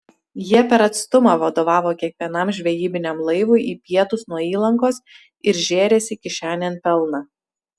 jie per atstumą vadovavo kiekvienam žvejybiniam laivui į pietus nuo įlankos ir žėrėsi kišenėn pelną